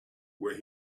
where